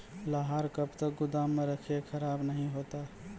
लहार कब तक गुदाम मे रखिए खराब नहीं होता?